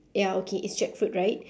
ya okay is jackfruit right